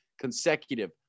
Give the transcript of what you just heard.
consecutive